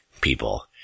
people